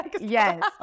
Yes